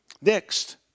Next